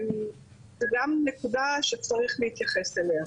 זו גם נקודה שצריך להתייחס אליה.